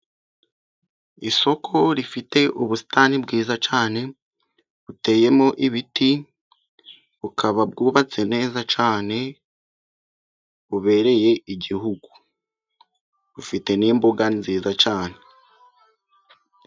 Isoko rifite ubusitani bwiza cyane buteyemo ibiti, bukaba bwubatse neza cyane, bubereye igihugu. Bufite n'imbuga nziza cyane.